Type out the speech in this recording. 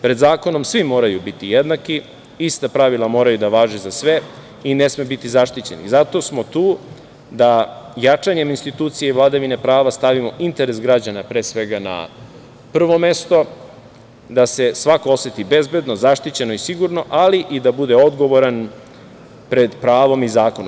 Pred zakonom svi moraju biti jednaki, ista pravila moraju da važe za sve i ne sme biti zaštićeni i zato smo tu da jačanjem institucije i vladavine prava stavimo interes građana, pre svega, na prvo mesto, da se svako oseti bezbedno, zaštićeno i sigurno, ali i da bude odgovoran pred pravom i zakonom.